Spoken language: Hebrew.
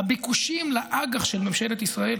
הביקושים לאג"ח של ממשלת ישראל,